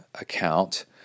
account